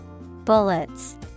Bullets